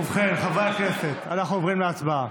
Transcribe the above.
ובכן, חברי הכנסת, אנחנו עוברים להצבעה.